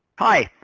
hi,